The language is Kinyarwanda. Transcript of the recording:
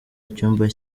icyumba